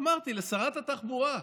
לדעתי, ואמרתי לשרת התחבורה: